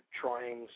trying